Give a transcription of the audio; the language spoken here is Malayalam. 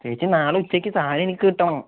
ചേച്ചി നാളെ ഉച്ചയ്ക്ക് സാധനമെനിക്ക് കിട്ടണം